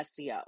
SEO